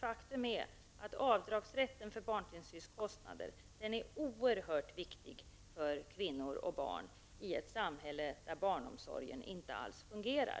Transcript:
Faktum är ju att avdragsrätten för barntillsynskostnader är oerhört viktig för kvinnor och barn i ett samhälle där barnomsorgen inte alls fungerar.